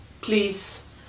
Please